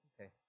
okay